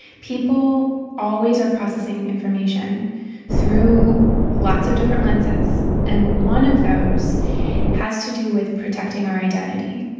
people always are processing information through lots of different lenses, and one of those has to do with protecting our identity.